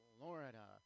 Florida